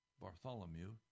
Bartholomew